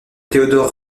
theodor